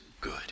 good